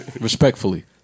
Respectfully